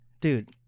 Dude